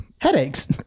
Headaches